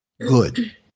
Good